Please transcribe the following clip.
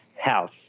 health